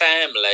family